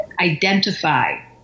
identify